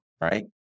right